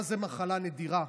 מהי מחלה נדירה?